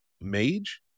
mage